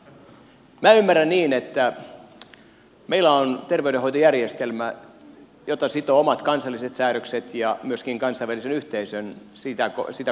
minä ymmärrän niin että meillä on terveydenhoitojärjestelmä jota sitovat omat kansalliset säädökset ja myöskin kansainvälisen yhteisön sitä koskevat päätökset